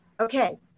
Okay